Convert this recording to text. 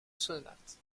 sonate